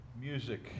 music